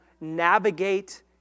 navigate